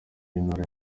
w’intara